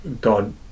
God